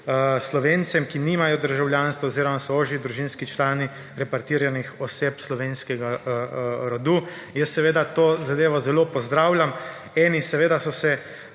Slovencem, ki nimajo državljanstva oziroma so ožji družinski člani repartiranih oseb slovenskega rodu. Jaz seveda to zadevo zelo pozdravljam. Eni seveda so se